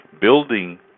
building